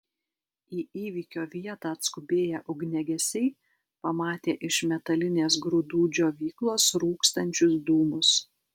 į įvykio vietą atskubėję ugniagesiai pamatė iš metalinės grūdų džiovyklos rūkstančius dūmus